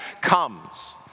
comes